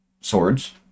Swords